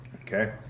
Okay